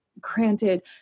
granted